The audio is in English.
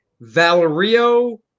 Valerio